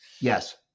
Yes